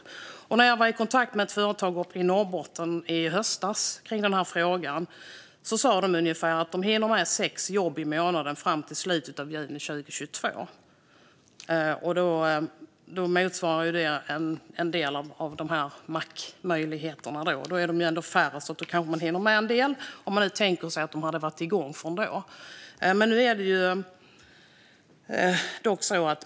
När jag i höstas var i kontakt med ett företag i Norrbotten i denna fråga sa de att de hinner med ungefär sex jobb i månaden fram till slutet av juni 2022. Detta motsvarar en del av de här mackmöjligheterna. Nu är det ändå färre, så de kanske hinner med en del om man tänker sig att de har varit igång sedan dess.